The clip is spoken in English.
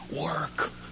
work